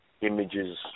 images